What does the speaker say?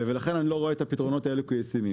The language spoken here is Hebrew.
ולכן אני לא רואה את הפתרונות האלה כישימים.